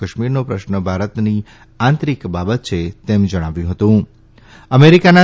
કાશ્મીરનો પ્રશ્ન ભારતની આંતરિક બાબત છે તેમ જણાવ્યું હતું તેઓએ જમ્મુ